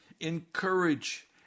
Encourage